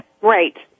Right